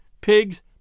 pigs